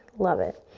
love it.